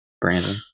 Brandon